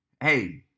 Hey